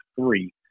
three